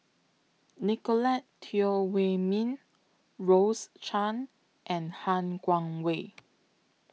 Nicolette Teo Wei Min Rose Chan and Han Guangwei